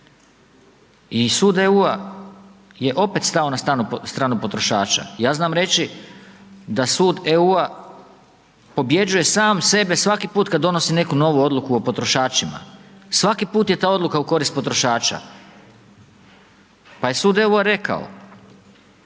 I sud EU-a je opet stao na stranu potrošača, ja znam reći da sud EU-a pobjeđuje sam sebe svaki put kad donosi neku novu odluku o potrošačima, svaki put je ta odluka u korist potrošača pa je sud EU-a rekao